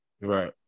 Right